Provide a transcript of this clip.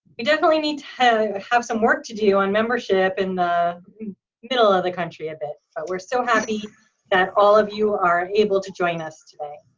we definitely need to have some work to do on membership in the middle of the country a bit, but we're so happy that all of you are able to join us today.